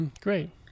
Great